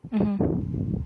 mmhmm